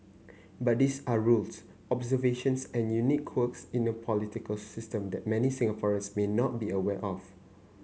but these are rules observations and unique quirks in a political system that many Singaporeans may not be aware of